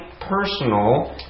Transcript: personal